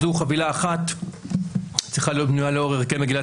זו חבילה אחת שצריכה להיות בנויה לאור ערכי מגילת